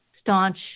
staunch